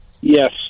yes